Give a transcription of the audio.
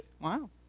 Wow